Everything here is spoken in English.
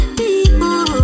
people